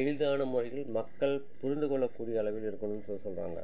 எளிதான முறையில் மக்கள் புரிந்துக் கொள்ளக்கூடிய அளவில் இருக்கணும் சொல்லி சொல்கிறாங்க